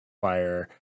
fire